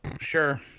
Sure